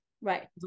Right